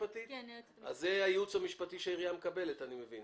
אז זה הייעוץ המשפטי שהעירייה מקבלת, אני מבין.